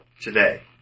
today